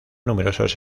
numerosos